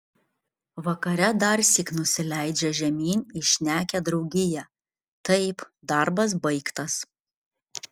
vakare darsyk nusileidžia žemyn į šnekią draugiją taip darbas baigtas